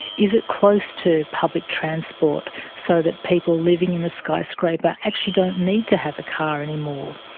is it close to public transport so that people living in a skyscraper actually don't need to have a car anymore?